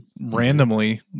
randomly